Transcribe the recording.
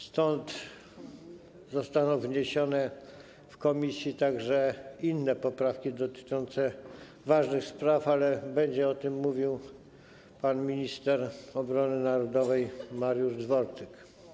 Stąd zostaną wniesione w komisji także inne poprawki dotyczące ważnych spraw, ale będzie o tym mówił pan minister obrony narodowej Mariusz Dworczyk.